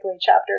chapter